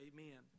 Amen